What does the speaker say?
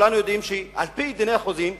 כולנו יודעים שעל-פי כללי החוזים,